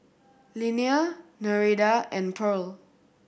Linnea Nereida and Pearle